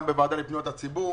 גם בוועדה לפניות הציבור,